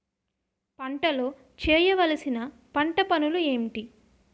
పంటలో చేయవలసిన పంటలు పనులు ఏంటి?